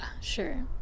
sure